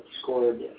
scored